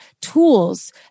tools